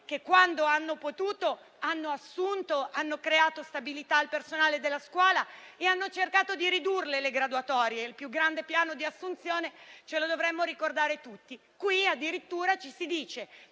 che, quando hanno potuto, hanno assunto, hanno dato stabilità al personale della scuola e hanno cercato di ridurre le graduatorie con il più grande piano di assunzione. E ce lo dovremmo ricordare tutti. Qui addirittura si dice